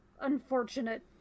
unfortunate